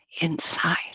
inside